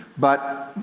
but,